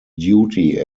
duty